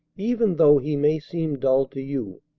even though he may seem dull to you.